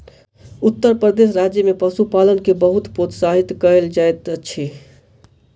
उत्तर प्रदेश राज्य में पशुपालन के बहुत प्रोत्साहित कयल जाइत अछि